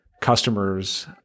customers